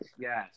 yes